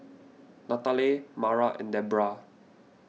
Nathaly Mara and Debrah